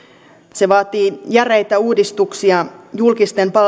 se vaatii järeitä uudistuksia julkisten palveluiden